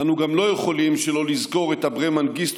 אנו גם לא יכולים שלא לזכור את אברה מנגיסטו,